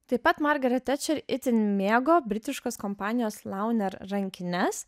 taip pat margaret tečer itin mėgo britiškos kompanijos launer rankines